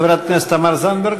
חברת הכנסת תמר זנדברג.